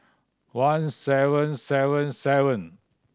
one seven seven seven